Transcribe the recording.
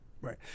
right